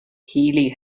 healey